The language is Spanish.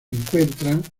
encuentran